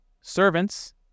servants